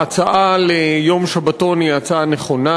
ההצעה ליום שבתון היא הצעה נכונה,